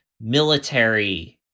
military